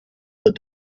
the